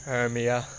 Hermia